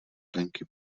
plenky